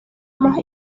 más